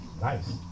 Nice